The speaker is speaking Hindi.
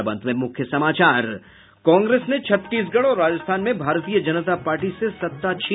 और अब अंत में मुख्य समाचार कांग्रेस ने छत्तीसगढ़ और राजस्थान में भारतीय जनता पार्टी से सत्ता छिनी